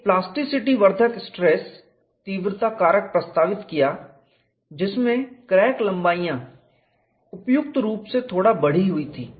एक प्लास्टिसिटीवर्धक स्ट्रेस तीव्रता कारक प्रस्तावित किया जिसमें क्रैक लंबाइयाँ उपयुक्त रूप से थोड़ा बढ़ी हुई थी